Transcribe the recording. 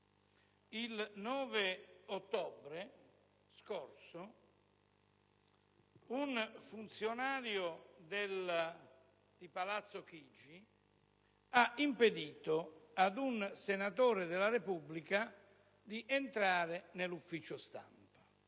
Il 9 ottobre scorso un funzionario di Palazzo Chigi ha impedito ad un senatore della Repubblica di entrare nell'Ufficio stampa.